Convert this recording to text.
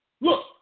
look